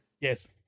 Yes